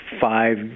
five